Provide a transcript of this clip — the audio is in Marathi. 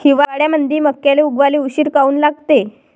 हिवाळ्यामंदी मक्याले उगवाले उशीर काऊन लागते?